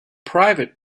private